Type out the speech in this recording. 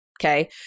Okay